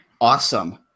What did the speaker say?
awesome